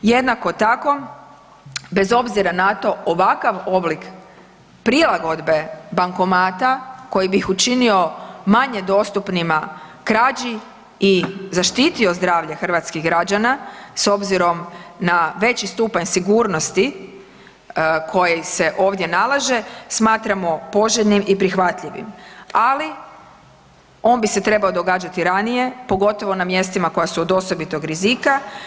Jednako tako, bez obzira na to ovakav oblik prilagodbe bankomata koji bi ih učinio manje dostupnima krađi i zaštitio zdravlje hrvatskih građana s obzirom na veći stupanj sigurnosti koji se ovdje nalaže smatramo poželjnim i prihvatljivim, ali on bi se trebao događati ranije pogotovo na mjestima koja su od osobitog rizika.